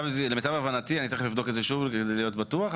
אני תיכף אבדוק את זה שוב כדי להיות בטוח,